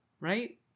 Right